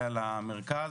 הפריפריה למרכז,